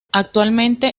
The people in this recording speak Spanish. actualmente